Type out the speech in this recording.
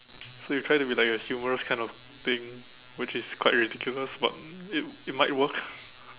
so you try to be like a humorous kind of thing which is quite ridiculous but it it might work